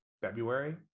february